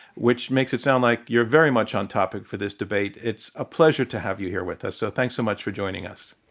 which makes it sound like you're very much on topic to this debate. it's a pleasure to have you here with us. so, thanks so much for joining us.